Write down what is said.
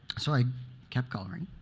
so i kept coloring.